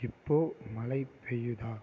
இப்போது மழை பெய்யுதா